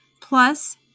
plus